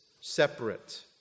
separate